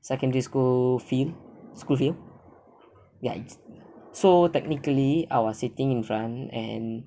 secondary school field school field ya it's so technically I was sitting in front and